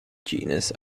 genus